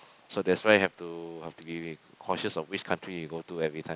so that's why have to have to be cautious of which country you go to everytime